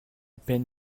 peine